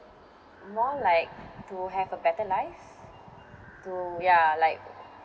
more like to have a better life to ya like